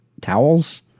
towels